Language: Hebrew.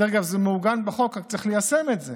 דרך אגב, זה מעוגן בחוק, רק שצריך ליישם את זה,